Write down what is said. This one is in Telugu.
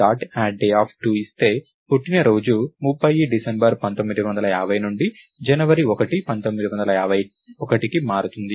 add day ఇస్తే పుట్టినరోజు 30 డిసెంబర్ 1950 నుండి జనవరి 1 1951కి మారుతుంది